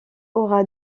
aura